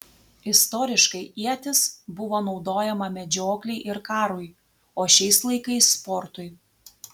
istoriškai ietis buvo naudojama medžioklei ir karui o šiais laikais sportui